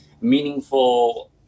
meaningful